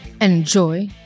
enjoy